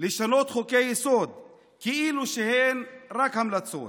לשנות חוקי-יסוד כאילו הם רק המלצות,